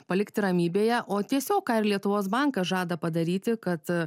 palikti ramybėje o tiesiog ką ir lietuvos bankas žada padaryti kad